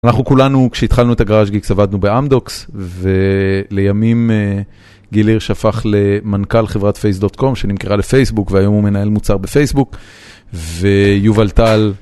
אנחנו כולנו כשהתחלנו את הגראז' גיקס עבדנו באמדוקס ולימים גילינו שהפך למנכ״ל חברת face.com שנמכרה לפייסבוק והיום הוא מנהל מוצר בפייסבוק ויובל טל